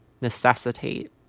necessitate